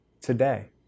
today